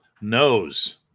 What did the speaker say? knows